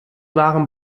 waren